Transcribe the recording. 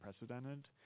unprecedented